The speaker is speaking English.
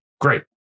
great